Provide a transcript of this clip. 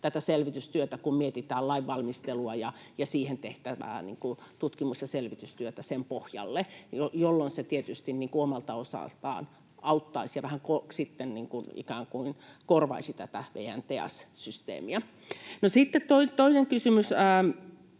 tätä selvitystyötä, kun mietitään lainvalmistelua ja siihen tehtävää tutkimus- ja selvitystyötä sen pohjalle, jolloin se tietysti omalta osaltaan auttaisi ja vähän ikään kuin korvaisi tätä VN TEAS -systeemiä. Sitten toinen kysymys